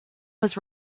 was